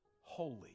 holy